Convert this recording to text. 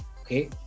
okay